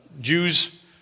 Jews